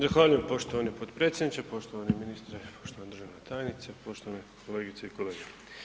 Zahvaljujem poštovani potpredsjedniče, poštovani ministre, poštovani državna tajnice, poštovane kolegice i kolege.